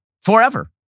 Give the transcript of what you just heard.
forever